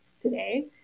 today